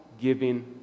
giving